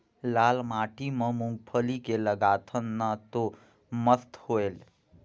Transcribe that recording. लाल माटी म मुंगफली के लगाथन न तो मस्त होयल?